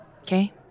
okay